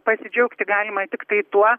pasidžiaugti galima tiktai tuo